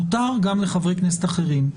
מותר גם לחברי כנסת אחרים,